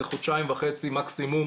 זה חודשיים וחצי מקסימום,